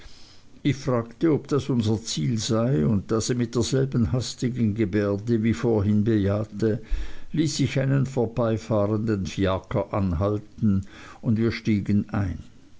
ich fragte ob das unser ziel sei und da sie mit derselben hastigen gebärde wie vorhin bejahte ließ ich einen vorbeifahrenden fiaker anhalten und wir stiegen ein